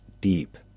deep